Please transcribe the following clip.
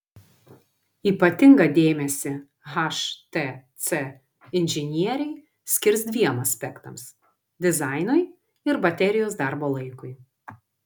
ypatingą dėmesį htc inžinieriai skirs dviem aspektams dizainui ir baterijos darbo laikui